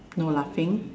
no laughing